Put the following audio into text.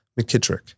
McKittrick